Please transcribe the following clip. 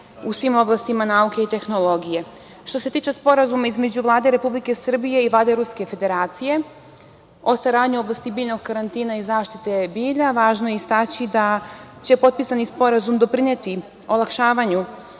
u svim oblastima nauke i tehnologije. Što se tiče Sporazuma između Vlade Republike Srbije i Vlade Ruske Federacije o saradnji u oblasti biljnog karantina i zaštite bilja, važno je istaći da će potpisani sporazum doprineti olakšavanju